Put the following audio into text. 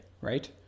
right